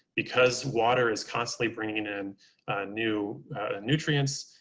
because water is constantly bringing in new nutrients,